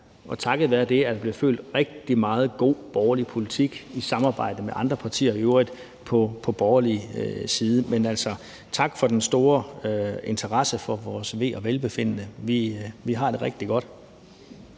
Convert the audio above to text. takket være det er der blevet ført rigtig meget god borgerlig politik, i øvrigt i samarbejde med andre partier på borgerlig side. Men altså, tak for den store interesse for vores ve og vel. Vi har det rigtig godt.